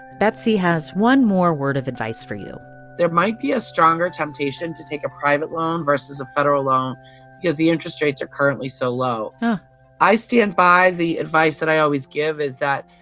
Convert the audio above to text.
betsy has one more word of advice for you there might be a stronger temptation to take a private loan versus a federal loan because the interest rates are currently so low ah i stand by the advice that i always give is that,